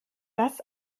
das